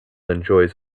enjoys